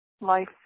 life